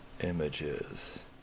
images